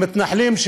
מתנחלים,